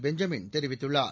Benjamin தெரிவித்துள்ளார்